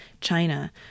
China